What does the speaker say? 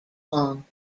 long